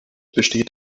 besteht